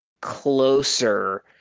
closer